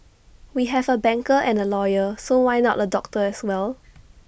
we have A banker and A lawyer so why not A doctor as well